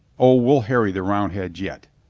o, we'll harry the roundheads yet.